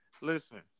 Listen